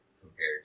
compared